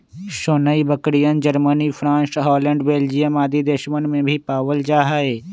सानेंइ बकरियन, Germany, France, Holland, Belgium आदि देशवन में भी पावल जाहई